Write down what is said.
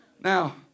now